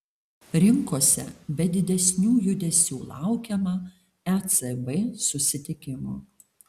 rinkose be didesnių judesių laukiama ecb susitikimo